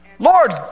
Lord